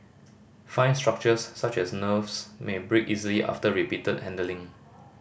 fine structures such as nerves may break easily after repeated handling